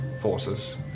forces